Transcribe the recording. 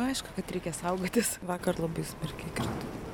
aišku kad reikia saugotis vakar labai smarkiai krito